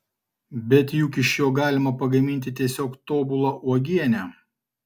bet juk iš jo galima pagaminti tiesiog tobulą uogienę